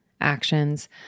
actions